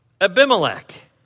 Abimelech